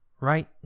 right